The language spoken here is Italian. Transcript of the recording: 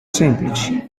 semplici